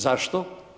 Zašto?